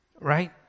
right